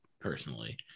personally